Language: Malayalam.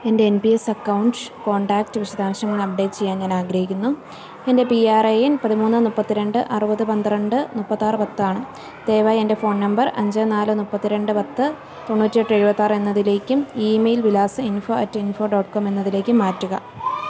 എൻ്റെ N P S account contact വിശദാംശങ്ങൾ അപ്ഡേറ്റ് ചെയ്യാൻ ഞാൻ ആഗ്രഹിക്കുന്നു എൻ്റെ പി ആർ എ എൻ പതിമൂന്ന് മുപ്പത്തിരണ്ട് അറുപത് പന്ത്രണ്ട് മുപ്പത്തിയാറ് പത്ത് ആണ് ദയവായി എൻ്റെ ഫോൺ നമ്പർ അഞ്ച് നാല് മുപ്പത്തിരണ്ട് പത്ത് തൊണ്ണൂറ്റിയെട്ട് എഴുപത്തിയാറ് എന്നതിലേക്കും ഇമെയിൽ വിലാസം info at info dot com എന്നതിലേക്കും മാറ്റുക